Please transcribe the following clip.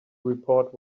report